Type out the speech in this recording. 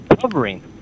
covering